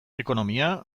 ekonomia